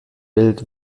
welt